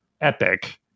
epic